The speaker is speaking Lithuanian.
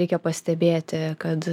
reikia pastebėti kad